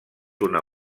una